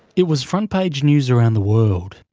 it was front-page news around the world,